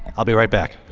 i'll be right back.